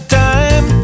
time